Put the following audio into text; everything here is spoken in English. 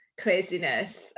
craziness